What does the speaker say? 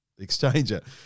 exchanger